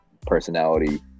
personality